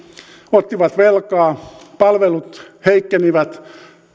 ottivat velkaa palvelut heikkenivät